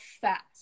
fast